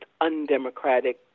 undemocratic